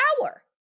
power